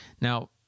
now